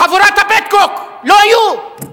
"חבורת הפטקוק" לא היו.